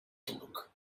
turc